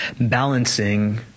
balancing